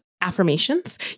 affirmations